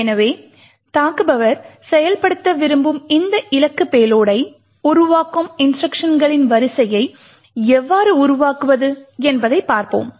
எனவே தாக்குபவர் செயல்படுத்த விரும்பும் இந்த இலக்கு பேலோடை உருவாக்கும் இன்ஸ்ட்ருக்ஷன்களின் வரிசையை எவ்வாறு உருவாக்குவது என்பதைப் பார்ப்போம்